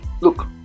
look